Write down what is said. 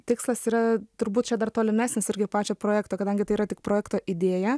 tikslas yra turbūt čia dar tolimesnis irgi pačio projekto kadangi tai yra tik projekto idėja